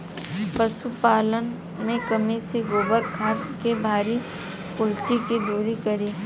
पशुपालन मे कमी से गोबर खाद के भारी किल्लत के दुरी करी?